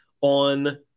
on